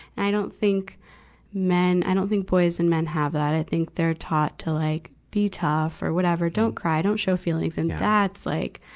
i don't think men, i don't think boys and men have that. i think they're taught to like be tough or whatever. don't cry, don't show feelings. and that's like,